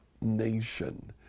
nation